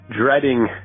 dreading